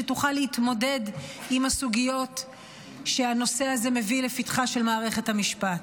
שתוכל להתמודד עם הסוגיות שהנושא הזה מביא לפתחה של מערכת המשפט.